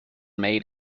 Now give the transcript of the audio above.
made